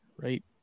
right